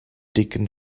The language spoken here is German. dicken